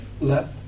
let